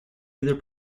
either